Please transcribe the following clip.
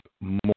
more